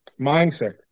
mindset